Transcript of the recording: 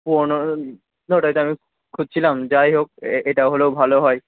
পুরনো ট্রাই তো আমি খুঁজছিলাম যাই হোক এটা হলেও ভালো হয়